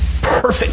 perfect